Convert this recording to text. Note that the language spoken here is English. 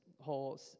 whole